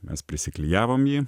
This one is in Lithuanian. mes prisiklijavom jį